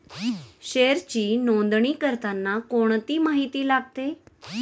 शेअरची नोंदणी करताना कोणती माहिती लागते?